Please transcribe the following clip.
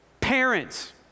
parents